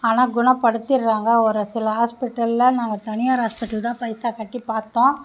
ஆனால் குண படுத்திர்றாங்க ஒரு சில ஹாஸ்பிட்டலில் நாங்கள் தனியார் ஹாஸ்பிட்டல் தான் பைசா கட்டி பார்த்தோம்